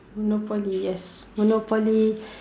Monopoly yes Monopoly